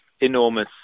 enormous